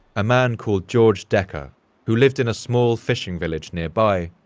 a man called george decker who lived in a small fishing village nearby,